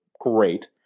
great